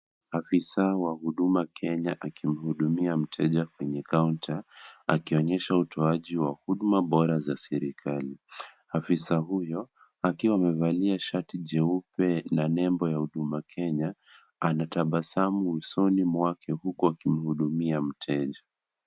Afisa wa huduma Kenya akimhudumia mteja kwenye kaunta, akionyesha utoaji wa huduma bora za serikali. Afisa huyo akiwa amevalia shati jeupe na nembo ya huduma Kenya, anatabasamu usoni mwake huku akimhudumia mteja.